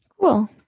Cool